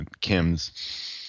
Kim's